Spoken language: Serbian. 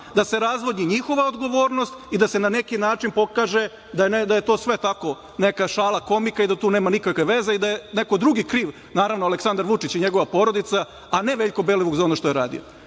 da se razvodni njihova odgovornost i da se na neki način pokaže da je to sve tako neka šala, komika i da tu nema nikakve veze i da je neko drugi kriv, naravno, Aleksandar Vučić i njegova porodica, a ne Veljko Belivuk za ono što je radio. Molim